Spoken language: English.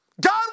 God